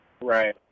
right